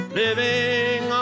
living